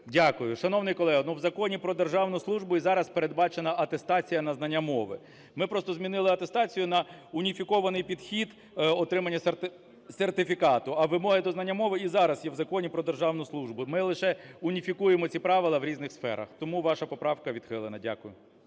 Дякую. Шановний колего, ну, в Законі "Про державну службу" і зараз передбачена атестація на знання мови. Ми просто змінили атестацію на уніфікований підхід отримання сертифікату. А вимоги до знання мови і зараз є в Законі "Про державну службу". Ми лише уніфікуємо ці правила в різних сферах. Тому ваша поправка відхилена. Дякую.